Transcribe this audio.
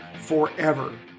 forever